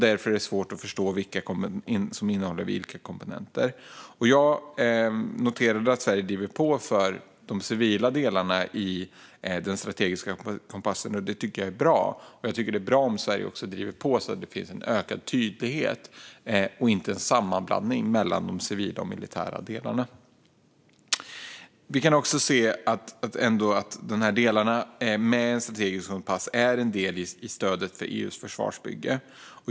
Därför är det svårt att förstå vilka av dem som innehåller vilka komponenter. Jag har noterat att Sverige driver på för de civila delarna i den strategiska kompassen, och det tycker jag är bra. Jag tycker att det är bra om Sverige också driver på så att det blir en ökad tydlighet och inte sker en sammanblandning mellan de civila och de militära delarna. Det är också så att en strategisk kompass är en del i stödet för EU:s försvarsbygge.